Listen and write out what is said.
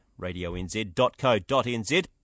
radionz.co.nz